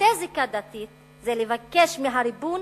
לבטא זיקה דתית זה לבקש מהריבון